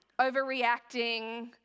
overreacting